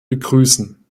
begrüßen